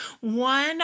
one